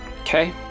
Okay